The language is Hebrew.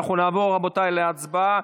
נעבור, רבותיי, להצבעה.